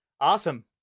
Awesome